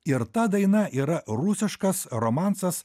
ir ta daina yra rusiškas romansas